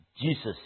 Jesus